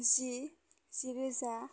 जि जि रोजा